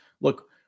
look